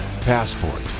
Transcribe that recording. Passport